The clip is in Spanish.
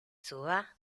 suba